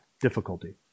difficulty